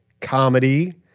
comedy